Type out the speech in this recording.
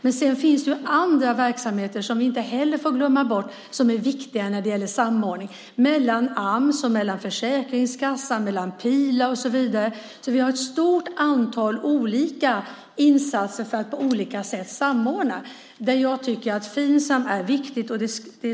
Det finns också andra verksamheter som vi inte får glömma bort och som är viktiga när det gäller samordningen mellan Ams, Försäkringskassan, Pila och så vidare. Vi har ett stort antal insatser för att på olika sätt samordna. Jag tycker att Finsam är viktigt.